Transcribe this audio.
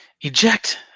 Eject